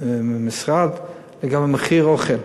עם המשרד וגם בגלל מחיר האוכל.